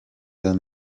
than